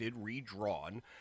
redrawn